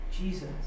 Jesus